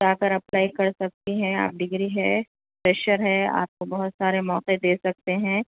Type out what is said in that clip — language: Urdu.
جا کر اپلائی کر سکتی ہیں آپ ڈگری ہے فریشر ہے آپ کو بہت سارے موقعے دے سکتے ہیں